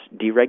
deregulation